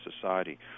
society